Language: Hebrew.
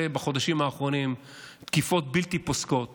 בחודשים האחרונים תקיפות בלתי פוסקות